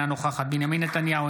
אינה נוכחת בנימין נתניהו,